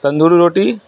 تندوری روٹی